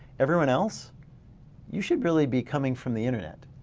everyone else you should really be coming from the internet.